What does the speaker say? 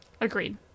Agreed